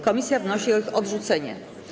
Komisja wnosi o ich odrzucenie.